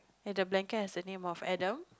and the blanket has the name of Adam